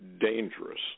dangerous